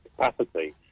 capacity